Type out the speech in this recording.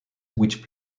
which